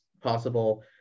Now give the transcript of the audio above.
possible